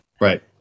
right